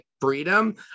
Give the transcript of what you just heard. freedom